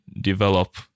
develop